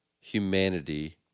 humanity